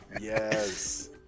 Yes